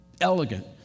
elegant